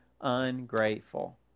ungrateful